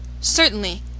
Certainly